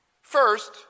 First